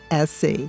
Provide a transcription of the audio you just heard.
SC